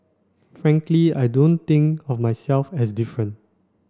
frankly I don't think of myself as different